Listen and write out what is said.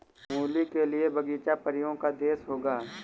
मूली के लिए बगीचा परियों का देश होगा